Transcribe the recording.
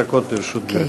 לרשות גברתי.